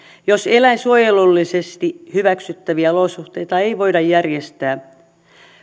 jos eläinsuojelullisesti hyväksyttäviä olosuhteita ei voida järjestää